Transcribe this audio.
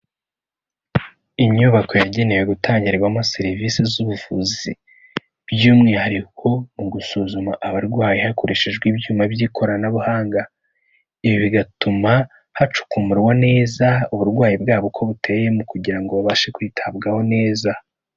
Inyubako yagenewe gutangirwamo serivisi z'ubuvuzi, by'umwihariko mu gusuzuma abarwayi hakoreshejwe ibyuma by'ikoranabuhanga, ibi bigatuma hacukumburwa neza uburwayi bwabo uko buteye kugira ngo babashe kwitabwaho neza.